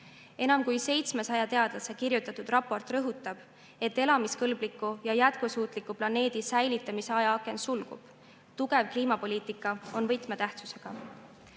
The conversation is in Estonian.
Enam kui 700 teadlase kirjutatud raport rõhutab, et elamiskõlbliku ja jätkusuutliku planeedi säilitamise ajaaken sulgub. Tugev kliimapoliitika on võtmetähtsusega.